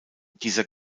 dieser